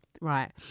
right